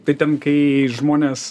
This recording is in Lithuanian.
tai ten kai žmonės